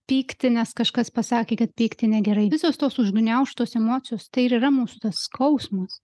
pykti nes kažkas pasakė kad pykti negerai visos tos užgniaužtos emocijos tai ir yra mūsų skausmas